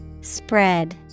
Spread